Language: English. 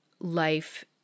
life